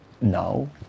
Now